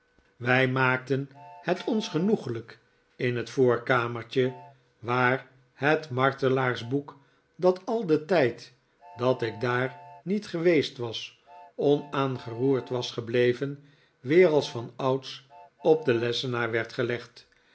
wij maakten het ons genoeglijk in het voorkamertje waar het martelaarsboek dat al den tijd dat ik daar niet geweest was onaangeroerd was gebleven weer als vanouds op den lessenaar werd gelegd